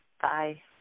Bye